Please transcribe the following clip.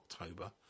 October